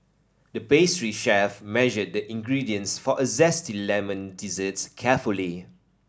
the pastry chef measured the ingredients for a zesty lemon dessert carefully